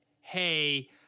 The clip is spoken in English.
Hey